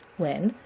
when,